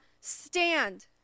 stand